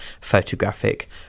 photographic